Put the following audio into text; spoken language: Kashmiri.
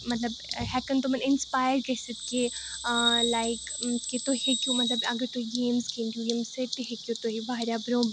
مطلب ہیٚکَن تِمَن اِنَسپایر گٔژھِتھ کہِ لایِک کہِ تُہۍ ہیٚکِو مطلب اگر تُہۍ گیمٕز گِنٛدِو ییٚمہِ سۭتۍ تہِ ہیٚکِو تُہۍ واریاہ برٛونٛہہ